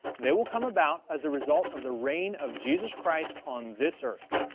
they will come about as the result of the reign of jesus christ on this earth.